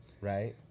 right